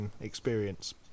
experience